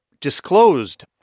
disclosed